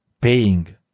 paying